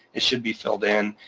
it should be filled in,